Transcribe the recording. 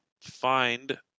find